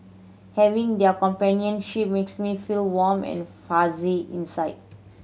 having their companionship makes me feel warm and fuzzy inside